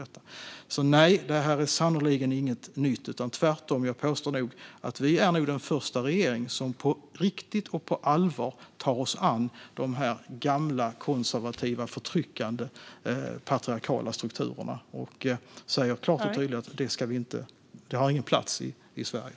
Nej, det här är sannerligen inget nytt. Tvärtom påstår jag att vi är den första regering som på riktigt och på allvar tar oss an de gamla konservativa och förtryckande patriarkala strukturerna, och vi säger klart och tydligt att de inte har en plats i Sverige.